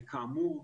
וכאמור,